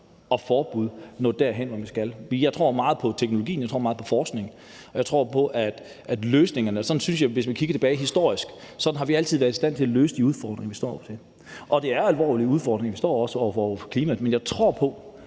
og forbud kan nå derhen, hvor vi skal. Jeg tror meget på teknologien, jeg tror meget på forskning, og jeg tror på, at udfordringerne kan løses – hvis vi kigger tilbage historisk, har vi altid været i stand til at løse de udfordringer, vi har stået over for. Det er alvorlige udfordringer, vi står over for, også med hensyn til klimaet, men jeg tror på,